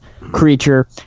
creature